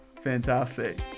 Fantastic